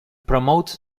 promoted